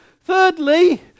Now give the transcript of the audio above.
Thirdly